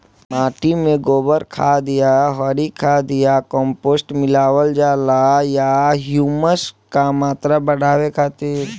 माटी में गोबर खाद या हरी खाद या कम्पोस्ट मिलावल जाला खाद या ह्यूमस क मात्रा बढ़ावे खातिर?